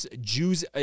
Jews